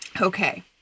Okay